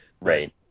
Right